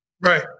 Right